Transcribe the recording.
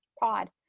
pod